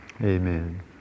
Amen